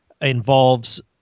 involves